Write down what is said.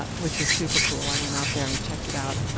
ah which is super cool. i went out there and checked it out